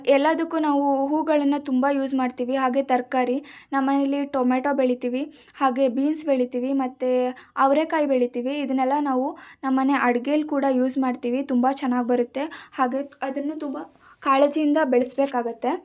ಎಲ್ಲದಕ್ಕು ನಾವು ಹೂಗಳನ್ನು ತುಂಬ ಯೂಸ್ ಮಾಡ್ತೀವಿ ಹಾಗೆ ತರಕಾರಿ ನಮ್ಮನೇಲಿ ಟೊಮೆಟೊ ಬೆಳಿತೀವಿ ಹಾಗೆ ಬೀನ್ಸ್ ಬೆಳಿತೀವಿ ಮತ್ತೆ ಅವ್ರೆಕಾಯಿ ಬೆಳಿತೀವಿ ಇದನ್ನೆಲ್ಲ ನಾವು ನಮ್ಮನೆ ಅಡ್ಗೆಲಿ ಕೂಡ ಯೂಸ್ ಮಾಡ್ತೀವಿ ತುಂಬ ಚೆನ್ನಾಗಿ ಬರುತ್ತೆ ಹಾಗೆ ಅದನ್ನು ತುಂಬ ಕಾಳಜಿಯಿಂದ ಬೆಳಸ್ಬೇಕಾಗತ್ತೆ